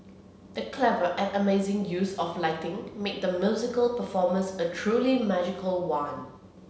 the clever and amazing use of lighting made the musical performance a truly magical one